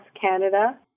Canada